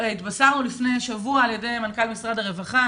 התבשרנו לפני שבוע ממנכ"ל משרד הרווחה